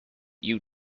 you